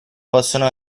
possono